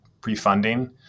pre-funding